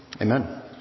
Amen